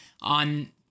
on